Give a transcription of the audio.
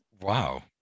wow